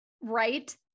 Right